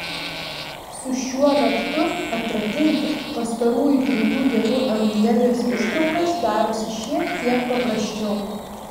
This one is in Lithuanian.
su šiuo raktu atrakinti pastarųjų trijų dienų evangelijos ištraukas darosi šiek tiek paprasčiau